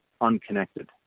unconnected